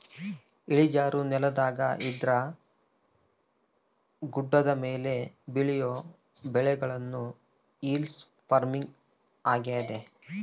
ಇಳಿಜಾರು ನೆಲದಾಗ ಅಂದ್ರ ಗುಡ್ಡದ ಮೇಲೆ ಬೆಳಿಯೊ ಬೆಳೆಗುಳ್ನ ಹಿಲ್ ಪಾರ್ಮಿಂಗ್ ಆಗ್ಯತೆ